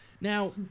Now